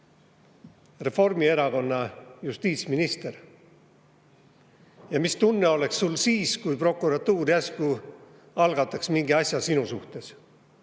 Reformierakonna justiitsminister, siis mis tunne sul oleks, kui prokuratuur järsku algataks mingi asja sinu suhtes?